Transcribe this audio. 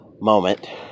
moment